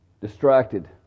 distracted